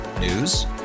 news